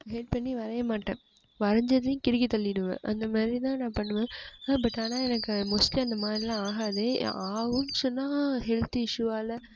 had பண்ணி வரையமாட்டேன் வரஞ்சதையும் கிறுக்கித் தள்ளிடுவேன் அந்த மாரிதான் நான் பண்ணுவேன் ஹெ பட் ஆனா எனக்கு மோஸ்ட்லி அந்தமாதிரிலாம் ஆகாது ஆகிடிச்சுனா ஹெல்த் இஸுயூவால